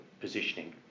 positioning